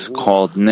called